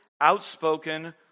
outspoken